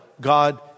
God